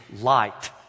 light